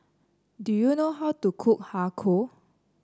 do you know how to cook Har Kow